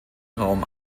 raum